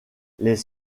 les